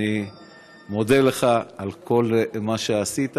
אני מודה לך על כל מה שעשית,